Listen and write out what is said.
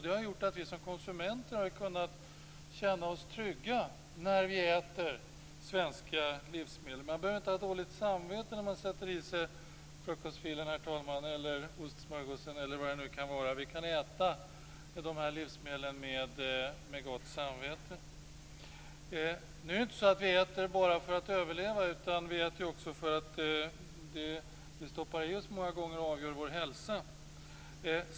Det har gjort att vi som konsumenter har kunnat känna oss trygga när vi äter svenska livsmedel. Vi behöver inte ha dåligt samvete när vi sätter i oss frukostfilen, ostsmörgåsen eller vad det nu kan vara. Vi kan äta dessa livsmedel med gott samvete. Vi äter emellertid inte bara för att överleva, utan vi äter också därför att det som vi stoppar i oss många gånger avgör vår hälsa.